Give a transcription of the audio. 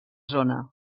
zona